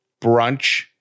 brunch